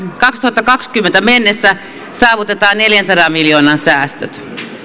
kaksituhattakaksikymmentä mennessä saavutetaan neljänsadan miljoonan säästöt